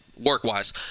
work-wise